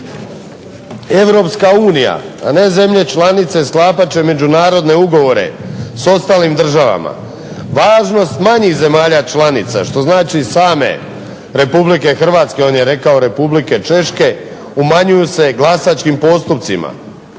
Europska unija, a ne zemlje članice sklapat će međunarodne ugovore s ostalim državama. Važnost manjih zemalja članica što znači same RH on je rekao Republike Češke umanjuju se glasačkim postupcima